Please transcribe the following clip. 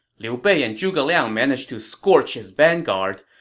liu bei and zhuge liang managed to scorch his vanguard,